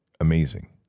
amazing